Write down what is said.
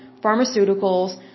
pharmaceuticals